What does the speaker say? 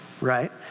right